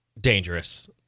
dangerous